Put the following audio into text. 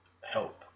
help